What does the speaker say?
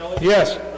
yes